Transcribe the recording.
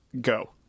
Go